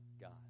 God